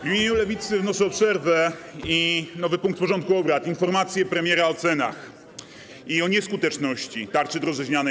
W imieniu Lewicy wnoszę o przerwę i o nowy punkt porządku obrad: informacja premiera o cenach i o nieskuteczności tarczy drożyźnianej.